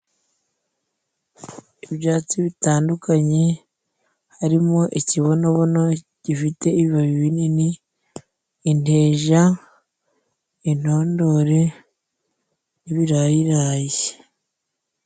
Ibyatsi bitandukanye harimo:Ikibonobono gifite ibibabi binini, inteja, intondore n'ibirayirayi.